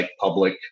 public